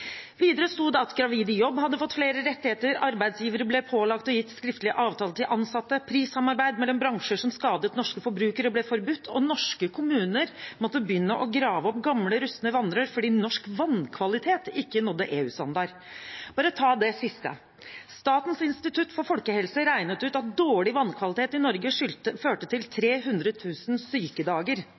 Videre sto det at gravide i jobb hadde fått flere rettigheter, arbeidsgivere ble pålagt å gi skriftlig avtale til ansatte, prissamarbeid mellom bransjer som skadet norske forbrukere, ble forbudt, og norske kommuner måtte begynne å grave opp gamle, rustne vannrør fordi norsk vannkvalitet ikke nådde EU-standard. For å ta det siste: Statens institutt for folkehelse regnet ut at dårlig vannkvalitet i Norge førte til 300 000 sykedager.